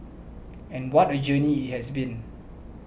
and what a journey it has been